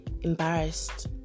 embarrassed